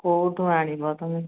କୋଉଠୁ ଆଣିବ ତମେ